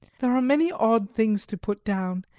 there are many odd things to put down,